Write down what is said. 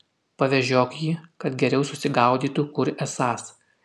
pavežiok jį kad geriau susigaudytų kur esąs